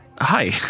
hi